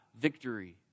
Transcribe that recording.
victory